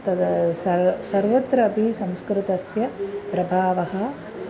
तद् सर्वं सर्वत्रापि संस्कृतस्य प्रभावः